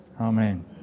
Amen